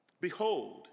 behold